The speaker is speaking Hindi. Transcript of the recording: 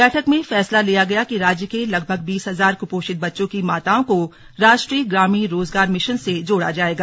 बैठक में फैसला लिया गया कि राज्य के लगभग बीस हजार कृपोषित बच्चों की माताओं को राष्ट्रीय ग्रामीण रोजगार मिशन से जोड़ा जाएगा